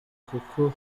kuko